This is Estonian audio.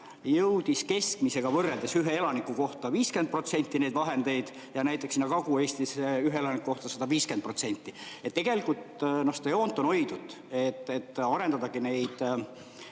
jõudis keskmisega võrreldes ühe elaniku kohta neid vahendeid 50% ja Kagu-Eestisse ühe elaniku kohta 150%. Nii et tegelikult seda joont on hoitud, et arendadagi neid